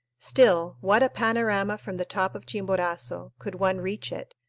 still, what a panorama from the top of chimborazo, could one reach it,